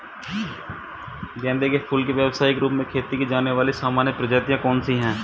गेंदे के फूल की व्यवसायिक रूप से खेती की जाने वाली सामान्य प्रजातियां कौन सी है?